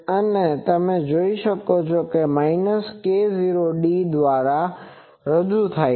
અને તમે જોશો કે તે દ્વારા રજૂ થાય છે